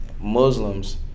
Muslims